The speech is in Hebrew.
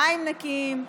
מים נקיים.